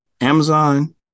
Amazon